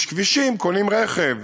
יש כבישים, קונים רכב,